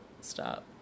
stop